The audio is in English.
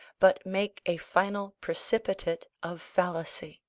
but make a final precipitate of fallacy.